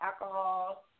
alcohol